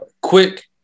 quick